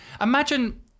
Imagine